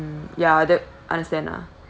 mm ya that understand lah